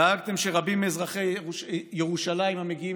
דאגתם שרבים מאזרחי ירושלים המגיעים